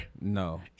No